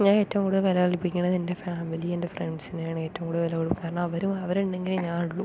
ഞാൻ ഏറ്റവും കൂടുതൽ വില കൽപ്പിക്കുന്നത് എൻ്റെ ഫാമിലി എൻ്റെ ഫ്രണ്ട്സിനെയാണ് ഏറ്റവും കൂടുതൽ വില കൊടുക്കുക കാരണം അവര് അവരുണ്ടെങ്കിലേ ഞാനുള്ളു